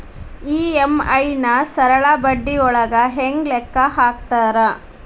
EMI ನ ಸರಳ ಬಡ್ಡಿಯೊಳಗ ಹೆಂಗ ಲೆಕ್ಕ ಹಾಕತಾರಾ